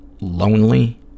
lonely